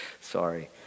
Sorry